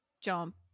jump